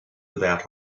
without